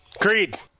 Creed